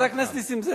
חבר הכנסת נסים זאב,